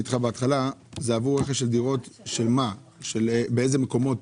זה עבור רכש של דירות, באיזה מקומות?